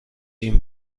این